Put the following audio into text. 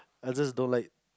I just don't like